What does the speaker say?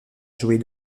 jouer